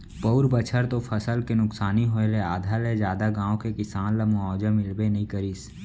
पउर बछर तो फसल के नुकसानी होय ले आधा ले जादा गाँव के किसान ल मुवावजा मिलबे नइ करिस